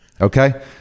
Okay